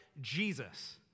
Jesus